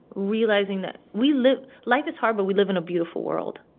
realizing that we live life is hard, but we live in a beautiful world.